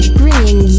bringing